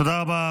תודה רבה.